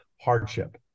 hardship